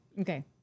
Okay